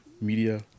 media